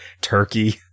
turkey